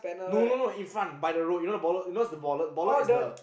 no no no in front by the road you know the bollard you know what's the bollard bollard is the